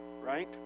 right